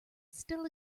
still